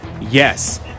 Yes